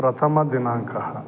प्रथमदिनाङ्कः